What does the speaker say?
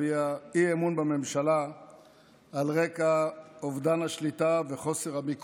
ההצעה להביע אי-אמון בממשלה מטעם סיעת המחנה